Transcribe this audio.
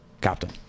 Captain